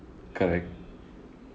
correct